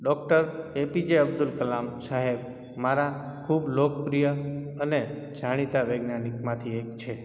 doctor A P J Abdul Kalam સાહેબ મારા ખૂબ લોકપ્રિય અને જાણીતા વૈજ્ઞાનિકમાંથી એક છે